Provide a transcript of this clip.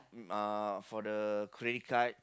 mm uh for the credit card